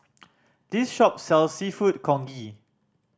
this shop sells Seafood Congee